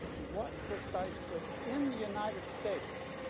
what precisely in the united states,